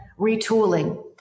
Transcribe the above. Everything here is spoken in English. Retooling